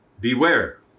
Beware